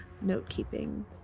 note-keeping